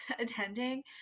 attending